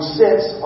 sits